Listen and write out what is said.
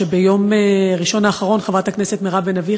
שביום ראשון האחרון חברת הכנסת מירב בן ארי,